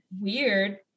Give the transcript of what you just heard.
weird